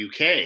UK